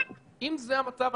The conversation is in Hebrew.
אבל אם זה המצב,